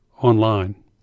online